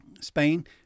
Spain